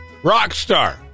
Rockstar